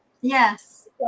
yes